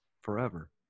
forever